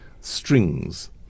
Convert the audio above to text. Strings